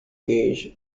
gauge